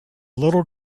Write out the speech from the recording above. little